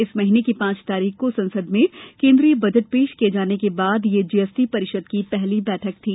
इस महीने की पांच तारीख को संसद में केन्द्रीय बजट पेश किए जाने के बाद यह जीएसटी परिषद की पहली बैठक थी